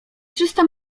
trzysta